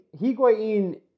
Higuain